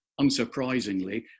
unsurprisingly